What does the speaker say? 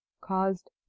caused